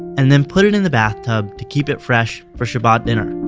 and then put it in the bathtub to keep it fresh for shabbat dinner